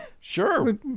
sure